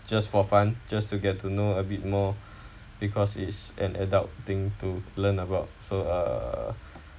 just for fun just to get to know a bit more because is an adult thing to learn about so uh